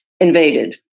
invaded